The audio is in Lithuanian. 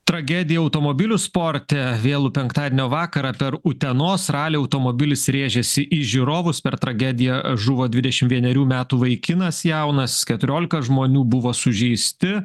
tragedija automobilių sporte vėlų penktadienio vakarą per utenos ralį automobilis rėžėsi į žiūrovus per tragediją žuvo dvidešim vienerių metų vaikinas jaunas keturiolika žmonių buvo sužeisti